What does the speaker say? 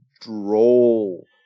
droll